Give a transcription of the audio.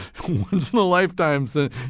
once-in-a-lifetime